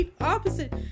opposite